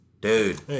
Dude